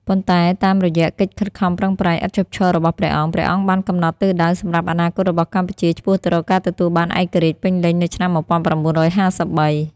ប៉ុន្តែតាមរយៈកិច្ចខិតខំប្រឹងប្រែងឥតឈប់ឈររបស់ព្រះអង្គ ព្រះអង្គបានកំណត់ទិសដៅសម្រាប់អនាគតរបស់កម្ពុជា ឆ្ពោះទៅរកការទទួលបានឯករាជ្យពេញលេញនៅឆ្នាំ១៩៥៣។